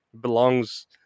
belongs